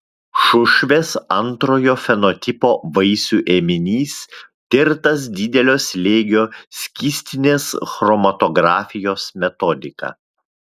šušvės antrojo fenotipo vaisių ėminys tirtas didelio slėgio skystinės chromatografijos metodika